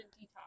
detox